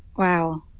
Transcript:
wow.